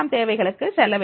தேவைகளுக்கு செல்ல வேண்டும்